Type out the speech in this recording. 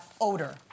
odor